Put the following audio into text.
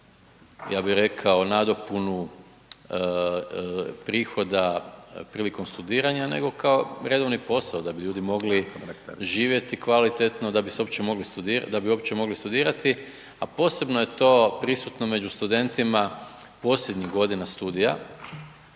ja bih rekao nadopunu prihoda prilikom studiranja nego kao redovni posao da bi ljudi mogli živjeti kvalitetno, da bi uopće mogli studirati, a posebno je to prisutno među studentima posljednjih godina studija